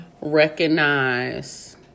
recognize